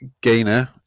Gainer